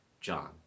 John